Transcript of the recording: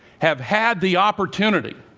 have had the opportunity